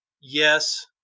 yes